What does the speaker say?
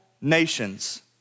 nations